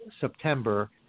September